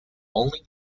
only